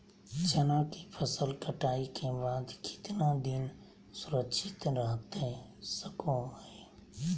चना की फसल कटाई के बाद कितना दिन सुरक्षित रहतई सको हय?